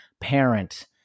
parent